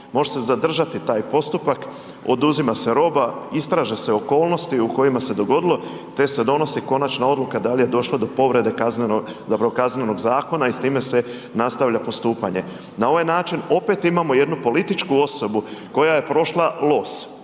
može se zadržati taj postupak, oduzima se roba, istraže se okolnosti u kojima se dogodilo te se donosi konačna odluka da li je došlo do povrede kaznenog, zapravo Kaznenog zakona i s time se nastavlja postupanje. Na ovaj način opet imamo jednu političku osobu koja je prošla los,